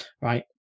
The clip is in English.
right